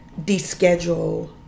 deschedule